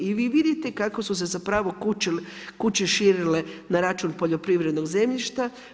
I vi vidite kako su se zapravo kuće širile na račun poljoprivrednog zemljišta.